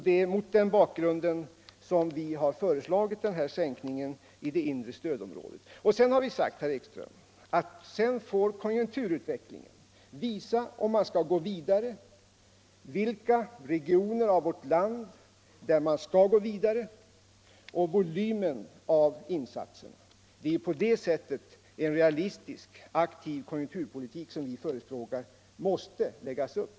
Det är mot den bakgrunden som vi har föreslagit den här sänkningen av arbetsgivaravgiften i det inre stödområdet. Sedan får konjunkturutvecklingen visa om vi skall gå vidare, i vilka regioner vi skall gå vidare och volymen av insatserna. Det är på det sättet en realistisk, aktiv konjunkturpolitik, som vi förespråkar, måste läggas upp.